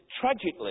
tragically